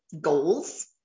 goals